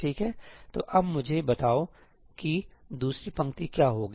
ठीक है तो अब मुझे बताओ कि दूसरी पंक्ति क्या होगी